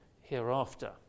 hereafter